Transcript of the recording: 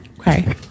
Okay